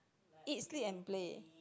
eat sleep and play